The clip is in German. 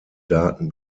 daten